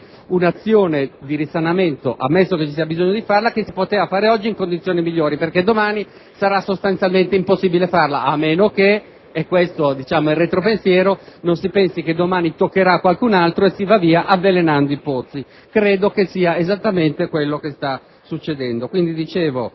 un'azione di risanamento - ammesso che ve ne sia il bisogno - che si poteva fare oggi in condizioni migliori, perché domani sarà sostanzialmente impossibile farla, a meno che - questo è il retro pensiero - non si pensi che domani toccherà a qualcun altro e si va via «avvelenando i pozzi». Credo che sia esattamente quello che sta succedendo.